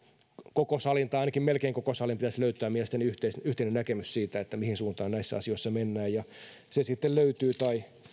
koko salin tai ainakin melkein koko salin pitäisi löytää mielestäni yhteinen yhteinen näkemys siitä mihin suuntaan näissä asioissa mennään ja se sitten löytyy tai